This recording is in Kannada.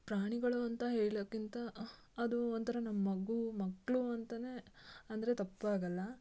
ಪ್ರಾಣಿಗಳು ಅಂತ ಹೇಳೋಕಿಂತ ಅದು ಒಂಥರ ನಮ್ಮ ಮಗೂ ಮಕ್ಕಳು ಅಂತಾನೆ ಅಂದರೆ ತಪ್ಪಾಗೋಲ್ಲ